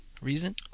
reason